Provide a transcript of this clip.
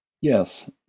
Yes